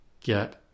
get